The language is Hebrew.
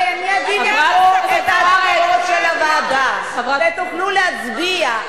הרי אני אביא לפה את ההצעות של הוועדה ותוכלו להצביע,